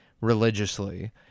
Religiously